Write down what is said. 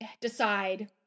decide